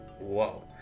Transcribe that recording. whoa